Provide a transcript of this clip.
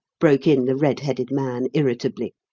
broke in the red-headed man irritably.